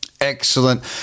Excellent